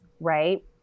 right